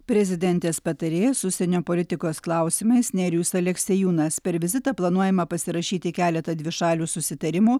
prezidentės patarėjas užsienio politikos klausimais nerijus aleksiejūnas per vizitą planuojama pasirašyti keletą dvišalių susitarimų